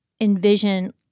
envision